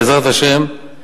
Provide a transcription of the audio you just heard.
בעזרת השם,